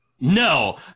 No